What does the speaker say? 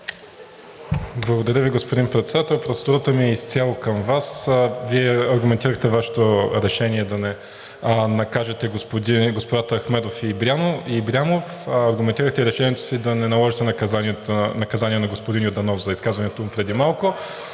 Промяната): Господин Председател, процедурата ми е изцяло към Вас. Вие аргументирахте Вашето решение да не накажете господата Ахмедов и Ибрямов, аргументирахте решението си да не наложите наказание на господин Йорданов за изказването му преди малко.